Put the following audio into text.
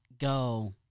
go